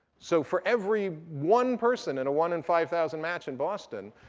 so for every one person in a one in five thousand match in boston,